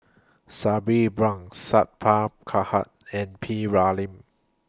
Sabri Buang Sat Pal Khattar and P Ramlee